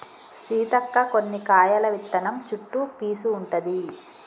సీతక్క కొన్ని కాయల విత్తనం చుట్టు పీసు ఉంటది